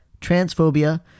transphobia